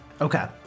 Okay